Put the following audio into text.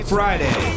Friday